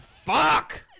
Fuck